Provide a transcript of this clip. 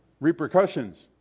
repercussions